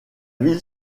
ville